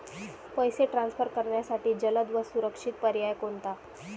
पैसे ट्रान्सफर करण्यासाठी जलद व सुरक्षित पर्याय कोणता?